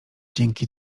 dzięki